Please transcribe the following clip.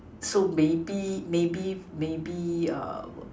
so maybe maybe maybe I will